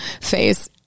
face